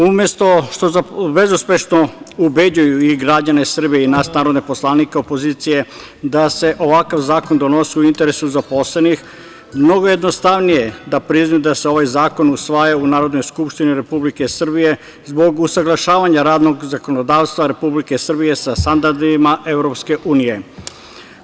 Umesto što bezuspešno ubeđuju i građane Srbije i nas narodne poslanike opozicije da se ovakav zakon donosi u interesu zaposlenih, mnogo jednostavnije je da priznaju da se ovaj zakon usvaja u Narodnoj skupštini Republike Srbije zbog usaglašavanja radnog zakonodavstva Republike Srbije sa standardima Evropske unije.